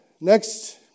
next